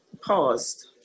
paused